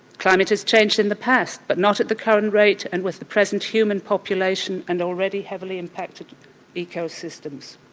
climate has changed in the past but not at the current rate and with the present human population and already heavily impacted eco systems.